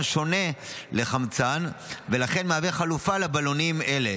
שונה לחמצן ולכן הוא חלופה לבלונים אלה.